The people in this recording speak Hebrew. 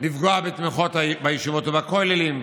לפגוע בתמיכות בישיבות ובכוללים.